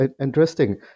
Interesting